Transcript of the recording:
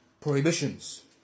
prohibitions